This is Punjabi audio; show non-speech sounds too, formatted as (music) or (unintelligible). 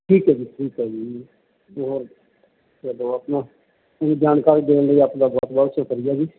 ਠੀਕ ਹੈ ਜੀ ਠੀਕ ਹੈ ਜੀ (unintelligible) ਜਾਣਕਾਰੀ ਦੇਣ ਲਈ ਆਪਦਾ ਬਹੁਤ ਬਹੁਤ ਸ਼ੁਕਰੀਆ ਜੀ